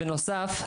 בנוסף,